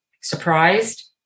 Surprised